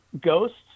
ghosts